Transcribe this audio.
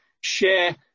share